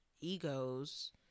egos